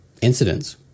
incidents